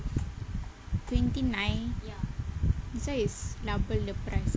twenty nine this [one] is double the price ah